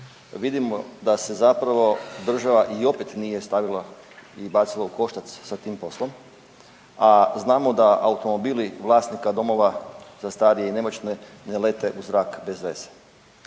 Vidimo da se zapravo država i opet nije stavila i bacila u koštac sa tim poslom, a znamo da automobili vlasnika domova za starije i nemoćne ne lete u zrak bezveze.